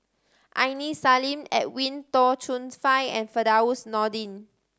Aini Salim Edwin Tong Chun Fai and Firdaus Nordin